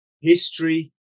history